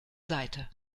seite